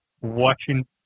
watching